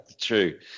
True